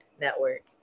network